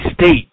state